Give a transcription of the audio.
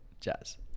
jazz